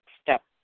step